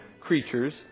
creatures